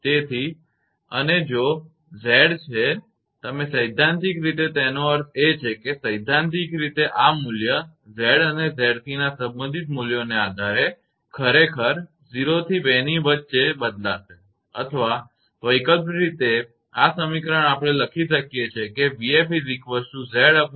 તેથી અને જો Z છે અને તમે સૈદ્ધાંતિક રીતે તેનો અર્થ છે કે સૈદ્ધાંતિક રીતે આ મૂલ્ય Z અને 𝑍𝑐 ના સંબંધિત મૂલ્યોના આધારે ખરેખર 0 અને 2 ની વચ્ચે બદલાશે અથવા વૈકલ્પિક રીતે આ સમીકરણ આપણે લખી શકીએ છીએ કે 𝑣𝑓 𝑍𝑍𝑐2𝑍